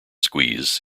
squeeze